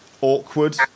awkward